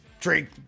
drink